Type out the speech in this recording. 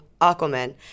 Aquaman